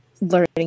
learning